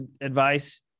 advice